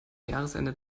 jahresende